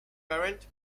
current